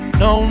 no